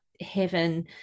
heaven